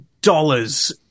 dollars